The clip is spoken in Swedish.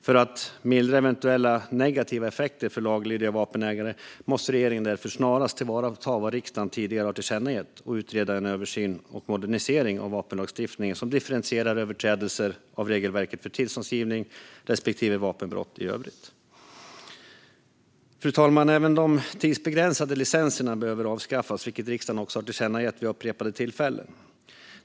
För att mildra eventuella negativa effekter för laglydiga vapenägare måste regeringen därför snarast tillvarata vad riksdagen tidigare har tillkännagett och utreda en översyn och modernisering av vapenlagstiftningen som differentierar överträdelser av regelverket för tillståndsgivning respektive vapenbrott i övrigt. Fru talman! Även de tidsbegränsade licenserna behöver avskaffas, vilket riksdagen också har tillkännagett för regeringen vid upprepade tillfällen.